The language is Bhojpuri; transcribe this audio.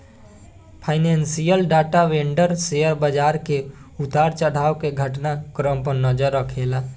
फाइनेंशियल डाटा वेंडर शेयर बाजार के उतार चढ़ाव के घटना क्रम पर नजर रखेला